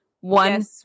one